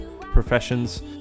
professions